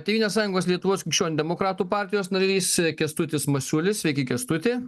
tėvynės sąjungos lietuvos krikščionių demokratų partijos narys kęstutis masiulis sveiki kęstuti